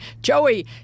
Joey